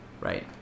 right